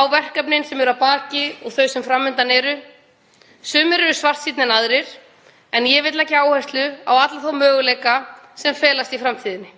á verkefnin sem eru að baki og þau sem eru fram undan. Sumir eru svartsýnni en aðrir, en ég vil leggja áherslu á alla þá möguleika sem felast í framtíðinni,